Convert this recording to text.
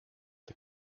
the